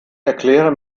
erkläre